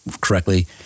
correctly